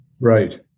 Right